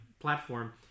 platform